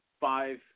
five